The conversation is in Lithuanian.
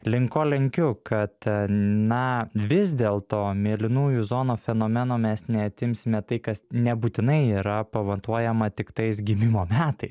link ko lenkiu kad a na vis dėlto mėlynųjų zono fenomeno mes neatimsime tai kas nebūtinai yra pavatuojama tiktais gimimo metais